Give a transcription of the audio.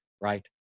right